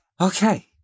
Okay